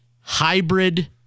Hybrid